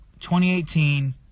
2018